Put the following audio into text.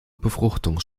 befruchtung